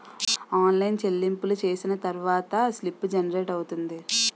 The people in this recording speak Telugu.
ఆన్లైన్ చెల్లింపులు చేసిన తర్వాత స్లిప్ జనరేట్ అవుతుంది